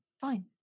fine